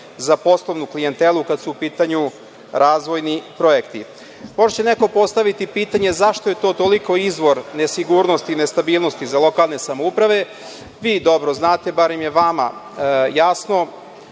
za poslovnu klijentelu kada su u pitanju razvojni projekti. Možda će neko postaviti pitanje - zašto je to toliko izvor nesigurnosti i nestabilnosti za lokalne samouprave? Vi dobro znate, barem je vama jasno